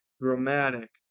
dramatic